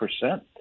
percent